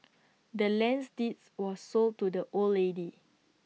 the land's deeds was sold to the old lady